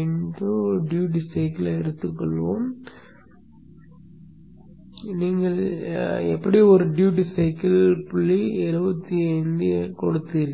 இன் duty சைக்கிளை கொடுத்துள்ளோம் நீங்கள் எப்படி ஒரு டூட்டி சைக்கிள் புள்ளி 7 5ஐ கொடுத்தீர்கள்